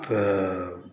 तऽ